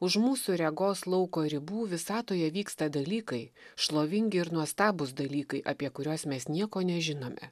už mūsų regos lauko ribų visatoje vyksta dalykai šlovingi ir nuostabūs dalykai apie kuriuos mes nieko nežinome